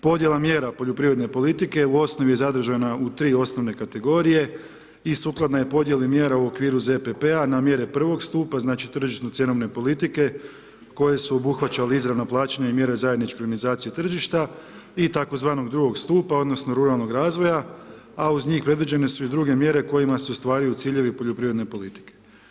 Podjela mjera poljoprivredne politike u osnovi je zadržana u tri osnovne kategorije i sukladna je podjeli mjera u okviru ZPP-a na mjere prvog stupa, znači tržišno-cjenovne politike koje su obuhvaćale izravna plaćanja i mjere zajedničke organizacije tržišta i tzv. drugog stupa odnosno ruralnog razvoja, a uz njih predviđene su i druge mjere kojima se ostvaruju ciljevi poljoprivredne politike.